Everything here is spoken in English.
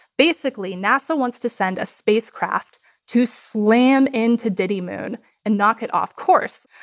basically, nasa wants to send a spacecraft to slam into didymoon and knock it off course.